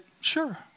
sure